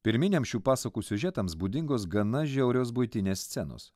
pirminiams šių pasakų siužetams būdingos gana žiaurios buitinės scenos